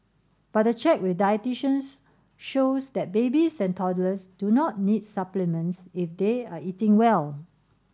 but a check with dietitians shows that babies and toddlers do not need supplements if they are eating well